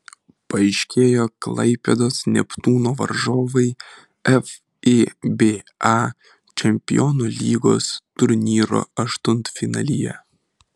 paaiškėjo klaipėdos neptūno varžovai fiba čempionų lygos turnyro aštuntfinalyje